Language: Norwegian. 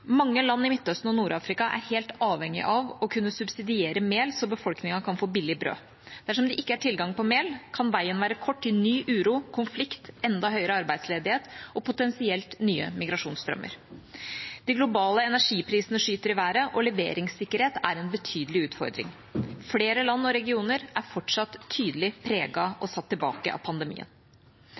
Mange land i Midtøsten og Nord-Afrika er helt avhengige av å kunne subsidiere mel, så befolkningen kan få billig brød. Dersom det ikke er tilgang på mel, kan veien være kort til ny uro, konflikt, enda høyere arbeidsledighet og potensielt nye migrasjonsstrømmer. De globale energiprisene skyter i været, og leveringssikkerhet er en betydelig utfordring. Flere land og regioner er fortsatt tydelig preget av og satt tilbake av pandemien.